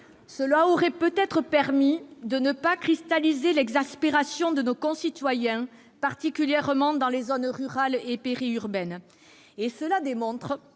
Cela aurait peut-être permis de ne pas cristalliser l'exaspération de nos concitoyens, particulièrement dans les zones rurales et périurbaines. Cela démontre,